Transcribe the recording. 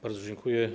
Bardzo dziękuję.